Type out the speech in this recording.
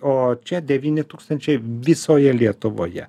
o čia devyni tūkstančiai visoje lietuvoje